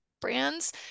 brands